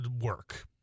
work